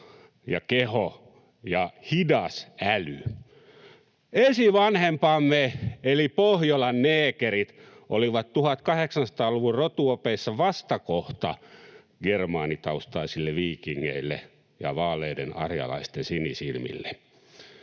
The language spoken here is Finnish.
ja keho ja hidas äly. Esivanhempamme eli Pohjolan neekerit olivat 1800-luvun rotuopeissa vastakohta germaanitaustaisille viikingeille ja vaaleiden arjalaisten sinisilmille.